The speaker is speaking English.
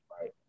right